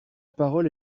parole